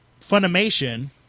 Funimation